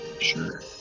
sure